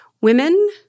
Women